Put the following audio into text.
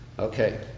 Okay